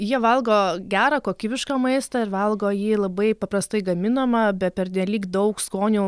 jie valgo gerą kokybišką maistą ir valgo jį labai paprastai gaminamą be pernelyg daug skonių